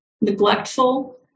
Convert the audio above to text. neglectful